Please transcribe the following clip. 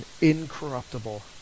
incorruptible